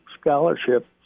scholarship